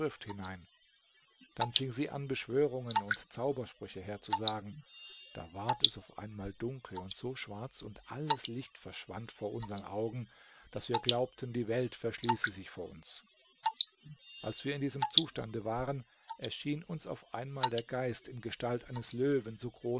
hinein dann fing sie an beschwörungen und zaubersprüche herzusagen da ward es auf einmal dunkel und so schwarz und alles licht verschwand vor unsern augen daß wir glaubten die welt verschließe sich vor uns als wir in diesem zustande waren erschien uns auf einmal der geist in gestalt eines löwen